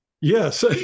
Yes